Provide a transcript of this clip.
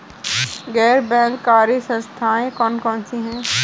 गैर बैंककारी संस्थाएँ कौन कौन सी हैं?